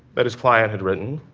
that his client had written,